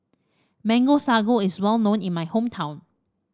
Mango Sago is well known in my hometown